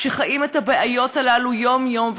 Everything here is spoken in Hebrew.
שחיים את הבעיות הללו יום-יום,